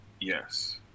Yes